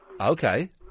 Okay